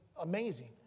amazing